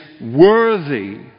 worthy